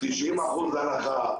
90% הנחה,